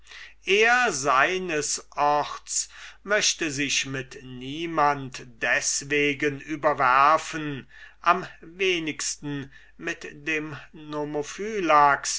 er seines orts möchte sich mit niemand deswegen abwerfen am wenigsten mit dem